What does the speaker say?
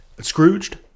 Scrooged